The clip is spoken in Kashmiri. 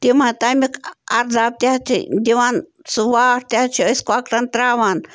تِم تَمیُک اَرداب تہِ حظ چھِ دِوان سُہ واٹھ تہِ حظ چھِ أسۍ کۄکرَن ترٛاوان